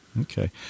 okay